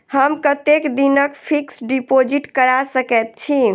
हम कतेक दिनक फिक्स्ड डिपोजिट करा सकैत छी?